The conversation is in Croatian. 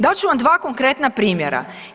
Dat ću vam 2 konkretna primjera.